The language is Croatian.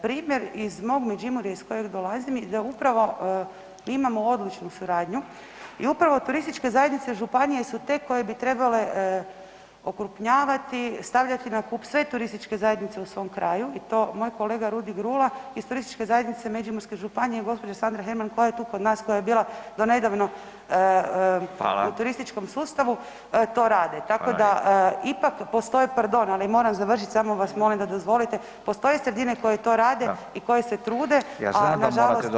Primjer iz mog Međimurja iz kojeg dolazim je da upravo mi imamo odličnu suradnju i upravo turističke zajednice županija su te koje bi trebale okrupnjavati i stavljati na kup sve turističke zajednice u svom kraju i to moj kolega Rudi Grula iz turističke zajednice Međimurske županije i gđa. Sandra Heman koja je tu kod nas koja je bila donedavno [[Upadica: Fala]] u turističkom sustavu to rade [[Upadica: Fala lijepa]] Tako da ipak postoje, pardon ali moram završit, samo vas molim da dozvolite, postoje sredine koje to rade i koje se trude, a nažalost neke i ne.